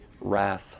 wrath